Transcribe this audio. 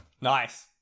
Nice